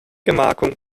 gemarkung